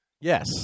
Yes